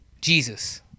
Jesus